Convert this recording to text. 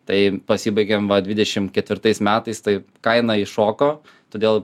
tai pasibaigėm dvidešim ketvirtais metais tai kaina iššoko todėl